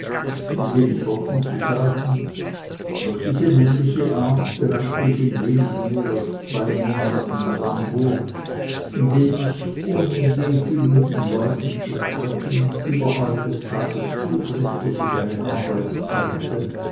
mit wenig worten zu sagen auf diese nämliche art gelangte ich in wenig mehr als zwei monaten nach hamburg indem ich ohne je viel mit den leuten zu sprechen überall des tages zugriff wo sich eine arbeit zeigte